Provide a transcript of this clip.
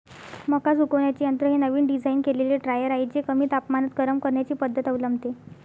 मका सुकवण्याचे यंत्र हे नवीन डिझाइन केलेले ड्रायर आहे जे कमी तापमानात गरम करण्याची पद्धत अवलंबते